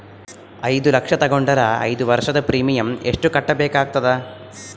ಐದು ಲಕ್ಷ ತಗೊಂಡರ ಐದು ವರ್ಷದ ಪ್ರೀಮಿಯಂ ಎಷ್ಟು ಕಟ್ಟಬೇಕಾಗತದ?